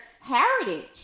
heritage